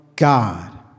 God